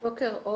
וג'ול בעיקר,